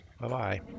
Bye-bye